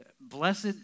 Blessed